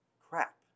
crap